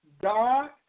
God